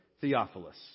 Theophilus